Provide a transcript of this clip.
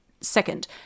second